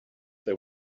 they